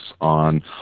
on